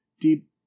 deep